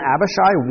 Abishai